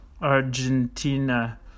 Argentina